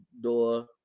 door